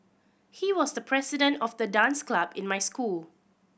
he was the president of the dance club in my school